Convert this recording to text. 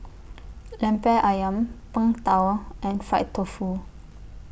Lemper Ayam Png Tao and Fried Tofu